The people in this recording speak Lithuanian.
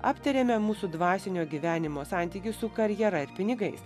aptarėme mūsų dvasinio gyvenimo santykius su karjera ir pinigais